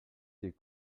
des